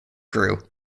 grew